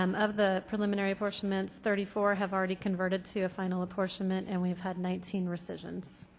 um of the preliminary apportionments, thirty four have already converted to a final apportionment and we have had nineteen rescissions.